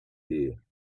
here